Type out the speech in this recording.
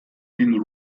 den